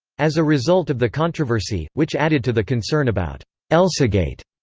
as a result of the controversy, which added to the concern about elsagate,